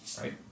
Right